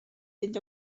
fynd